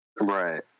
Right